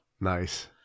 Nice